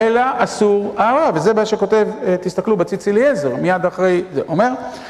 אלא אסור, אה, וזה מה שכותב, תסתכלו בציץ אליעזר, מיד אחרי, זה, אומר